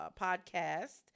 podcast